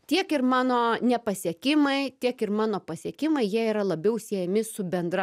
tiek ir mano nepasiekimai tiek ir mano pasiekimai jie yra labiau siejami su bendra